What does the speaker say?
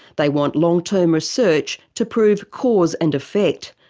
they want long-term research to prove cause and effect,